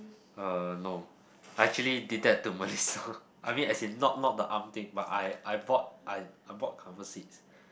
uh no I actually did that to myself I mean as in not not the arm thing but I I bought I I bought comfort seats